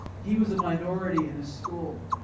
he was a minority in his school